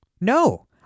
No